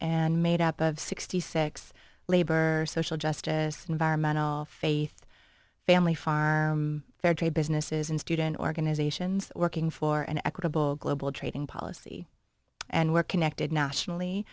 and made up of sixty six labor social justice environmental faith family farm fair trade businesses and student organizations working for an equitable global trading policy and we're connected nationally